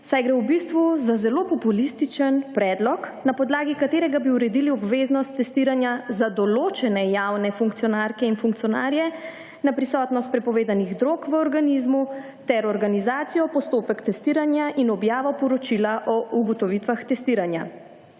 saj gre v bistvu za zelo populističen predlog, na podlagi katerega bi uredili obveznost testiranja za določene javne funkcionarke in funkcionarje na prisotnost prepovedanih drog v organizmu ter organizacijo postopek testiranja in objavo poročila o ugotovitvah testiranja.